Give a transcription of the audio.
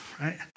right